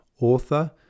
author